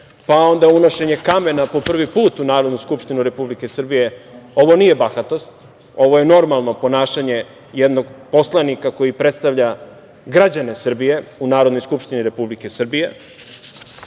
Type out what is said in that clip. Pa onda unošenje kamena prvi put u Narodnu skupštinu Republike Srbije, ovo nije bahatost, ovo je normalno ponašanje jednog poslanika koji predstavlja građane Srbije u Narodnoj skupštini Republike Srbije.